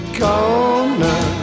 corner